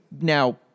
now